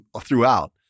throughout